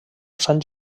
sant